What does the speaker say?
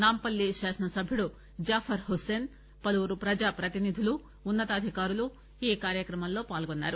నాంపల్లి కాసనసభ్యుడు జాఫర్ హుస్సేస్ పలువురు ప్రజాప్రతినిధులు ఉన్న తాధికారులు ఈ కార్యక్రమంలో పాల్గొన్నారు